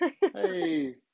Hey